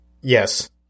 Yes